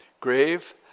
grave